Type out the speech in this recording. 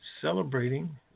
celebrating